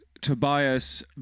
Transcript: Tobias